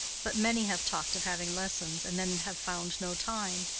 but many have talked of having lessons, and then have found no time.